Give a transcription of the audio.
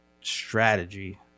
strategy